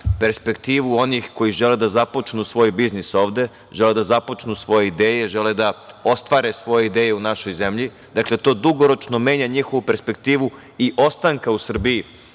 perspektivu onih koji žele da započnu svoj biznis ovde. Žele da započnu svoje ideje, žele da ostvare svoje ideje u našoj zemlji. Dakle, to dugoročno menja njihovu perspektivu i ostanka u Srbiji,